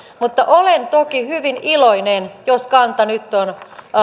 mutta olen toki hyvin iloinen jos kanta nyt on